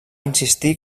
insistir